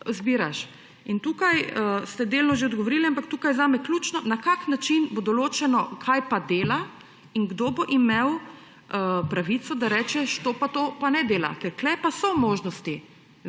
izbiraš. In tukaj ste delno že odgovorili, ampak tukaj je zame ključno, na kakšen način bo določeno, kaj dela, in kdo bo imel pravico, da reče, to pa to pa ne dela. Tu pa so možnosti